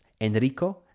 Enrico